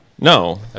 No